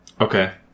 okay